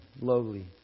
lowly